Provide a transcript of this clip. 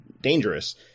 dangerous